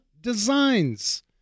designs